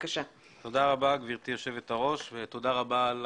תודה רבה גברתי יושבת הראש ותודה רבה על